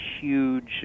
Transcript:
huge